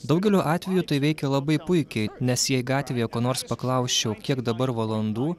daugeliu atveju tai veikia labai puikiai nes jei gatvėje ko nors paklausčiau kiek dabar valandų